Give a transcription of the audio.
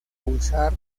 usar